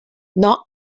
not